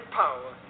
power